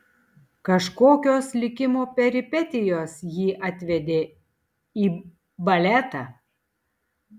kažkokios likimo peripetijos jį atvedė į baletą